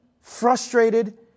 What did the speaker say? frustrated